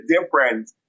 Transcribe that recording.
different